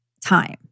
time